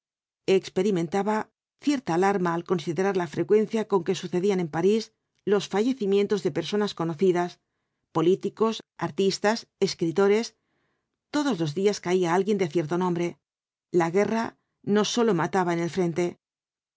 experimentaba cierta alarma al considerar la frecuencia con que sucedían en parís los fallecimientos de personas conocidas políticos artistas escritores todos los días caía alguien de cierto nombre la guerra no sólo mataba en el frente